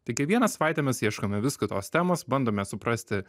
tai kiekvieną savaitę mes ieškome vis kitos temos bandome suprasti